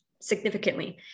significantly